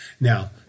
Now